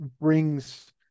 brings